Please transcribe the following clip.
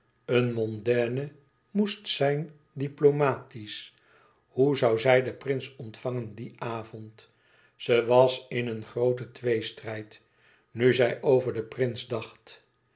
eene mondaine moest zijn diplomatisch hoe zoû zij den prins ontvangen dien avond ze was in een grooten tweestrijd nu zij over den prins dacht